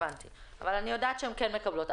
אני יודעת שהן כן מקבלות.